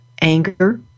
anger